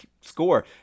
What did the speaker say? score